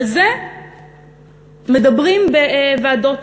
על זה מדברים בוועדות,